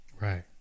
Right